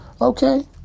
Okay